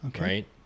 right